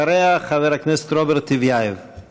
אחריה, חבר הכנסת רוברט טיבייב.